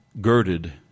girded